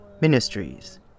ministries